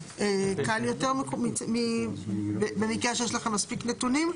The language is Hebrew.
קל יותר במקרה שיש לכם מספיק נתונים.